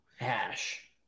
Hash